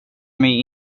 mig